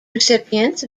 recipients